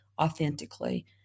authentically